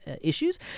issues